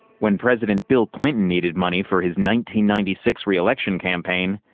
when president bill clinton needed money for his ninety ninety six reelection campaign,